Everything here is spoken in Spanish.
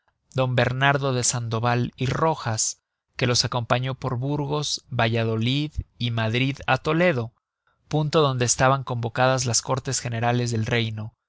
don bernardo de sandoval y rojas que los acompañó por burgos valladolid y madrid á toledo punto donde estaban convocadas las córtes generales del reino